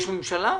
יש ישיבת ממשלה?